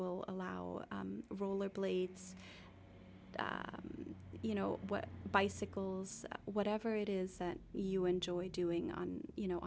will allow roller blades you know what bicycles whatever it is that you enjoy doing on you know